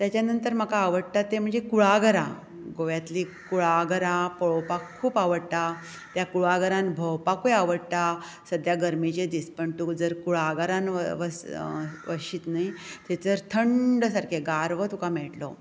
ताच्या नंतर म्हाका आवडटा ते कुळागरां गोंव्यातली कुळाघरां पळोवपाक खूब आवडटा त्या कुळाघरान भोंवपाकूय आवडटा सद्या गरमेचे दीस पण तूं जर कुळाघरांत वच वचशीत न्हय थंयसर थंड गारवो तुका मेळटलो